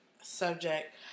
subject